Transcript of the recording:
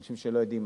אנשים שלא יודעים,